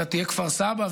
אלא תהיה כפר סבא,